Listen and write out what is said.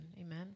Amen